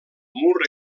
mur